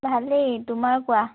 ভালেই তোমাৰ কোৱা